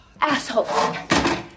Asshole